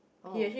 oh